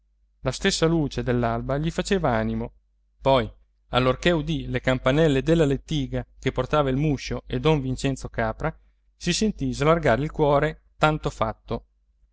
la stessa luce dell'alba gli faceva animo poi allorché udì le campanelle della lettiga che portava il muscio e don vincenzo capra si sentì slargare il cuore tanto fatto